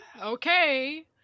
Okay